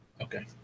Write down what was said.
Okay